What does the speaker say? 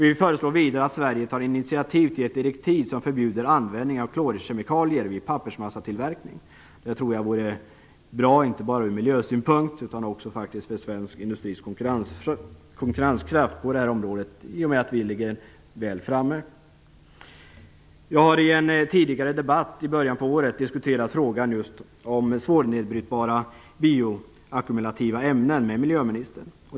Vi föreslår vidare att Sverige tar initiativ till ett direktiv som förbjuder användning av klorkemikalier vid pappersmassatillverkning. Det tror jag vore bra, inte bara från miljösynpunkt utan också för svensk industris konkurrenskraft på det här området, i och med att vi ligger väl framme. Jag har i en tidigare debatt i början på året diskuterat just frågan om svårnedbrytbara, bioackumulativa ämnen med miljöministern.